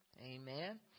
Amen